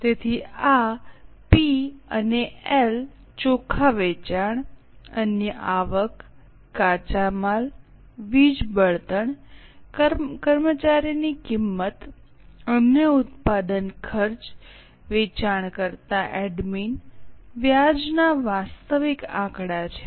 તેથી આ પી અને એલ P Lચોખ્ખા વેચાણ અન્ય આવક કાચા માલ વીજ બળતણ કર્મચારીની કિંમત અન્ય ઉત્પાદન ખર્ચ વેચાણકર્તા એડમિન વ્યાજના વાસ્તવિક આંકડા છે